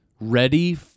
ready